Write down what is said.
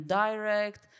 direct